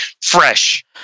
Fresh